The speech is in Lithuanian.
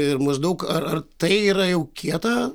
ir maždaug ar ar tai yra jau kieta